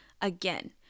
again